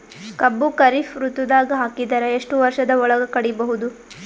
ಕಬ್ಬು ಖರೀಫ್ ಋತುದಾಗ ಹಾಕಿದರ ಎಷ್ಟ ವರ್ಷದ ಒಳಗ ಕಡಿಬಹುದು?